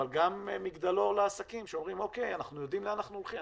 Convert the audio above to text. אבל גם מגדלור לעסקים שאומרים אנחנו יודעים לאן אנחנו הולכים,